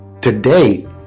today